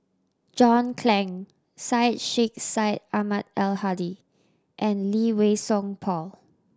John Clang Syed Sheikh Syed Ahmad Al Hadi and Lee Wei Song Paul